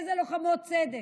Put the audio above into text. איזה לוחמות צדק?